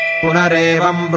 punarevam